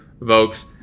Vokes